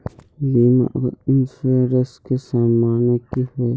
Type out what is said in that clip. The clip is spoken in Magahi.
बीमा आर इंश्योरेंस के माने की होय?